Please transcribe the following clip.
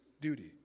duty